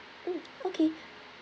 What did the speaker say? mm okay